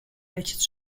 welches